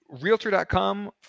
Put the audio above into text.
Realtor.com